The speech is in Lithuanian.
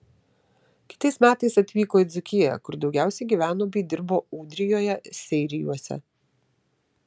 kitais metais atvyko į dzūkiją kur daugiausiai gyveno bei dirbo ūdrijoje seirijuose